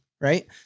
Right